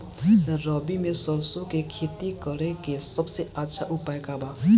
रबी में सरसो के खेती करे के सबसे अच्छा उपाय का बा?